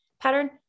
pattern